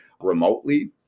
remotely